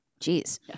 Jeez